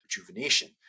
rejuvenation